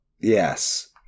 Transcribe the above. Yes